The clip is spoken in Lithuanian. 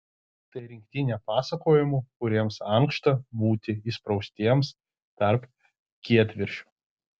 tai rinktinė pasakojimų kuriems ankšta būti įspraustiems tarp kietviršių